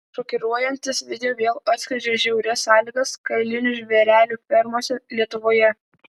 šokiruojantis video vėl atskleidžia žiaurias sąlygas kailinių žvėrelių fermose lietuvoje